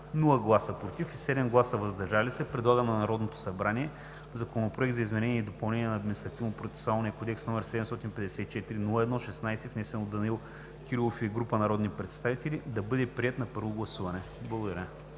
без „против“ и 7 гласа „въздържал се“ предлага на Народното събрание Законопроект за изменение и допълнение на Административнопроцесуалния кодекс, № 754-01-16, внесен от Данаил Кирилов и група народни представители, да бъде приет на първо гласуване.“ Благодаря